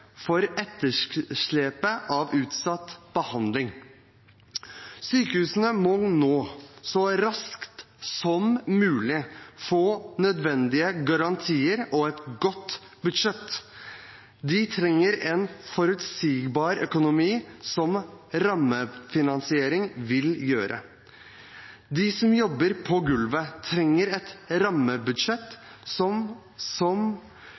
for etterslepet av utsatt behandling. Sykehusene må nå, så raskt som mulig, få nødvendige garantier og et godt budsjett. De trenger en forutsigbar økonomi, noe rammefinansiering vil gi. De som jobber på gulvet, trenger et